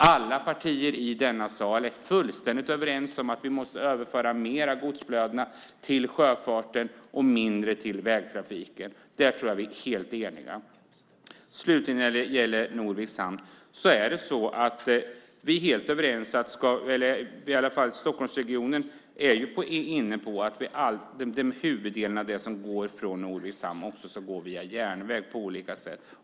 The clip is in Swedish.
Alla partier i denna sal är fullständigt överens om att vi måste överföra mer av godsflödena till sjöfarten och mindre till vägtrafiken. Där tror jag att vi är helt eniga. När det gäller Norviks hamn är Stockholmsregionen inne på att huvuddelen av det gods som går från Norviks hamn också ska gå via järnväg på olika sätt.